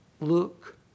Look